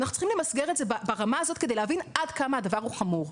אנחנו צריכים למסגר את זה ברמה הזאת כדי להבין עד כמה הדבר חמור.